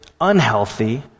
unhealthy